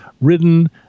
written